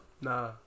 Nah